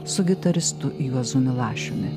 su gitaristu juozu milašiumi